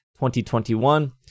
2021